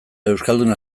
euskalduna